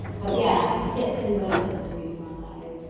but yeah, i'd get tim burton to redesign my home.